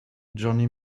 johnny